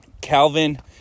Calvin